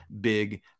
big